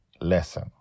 lesson